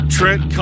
Trent